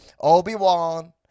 Obi-Wan